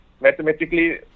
mathematically